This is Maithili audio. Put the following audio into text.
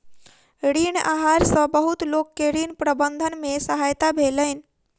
ऋण आहार सॅ बहुत लोक के ऋण प्रबंधन में सहायता भेलैन